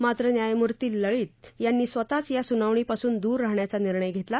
मात्र न्यायमूर्ती लळित यांनी स्वतःच या सुनावणीपासून दूर राहण्याचा निर्णय घेतला